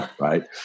right